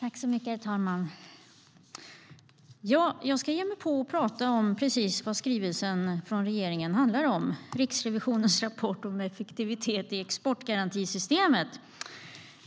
Herr talman! Jag ska ge mig på att tala om precis det som skrivelsen från regeringen handlar om - Riksrevisionens rapport om effektivitet i exportgarantisystemet.